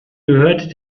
gehörte